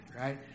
right